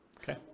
Okay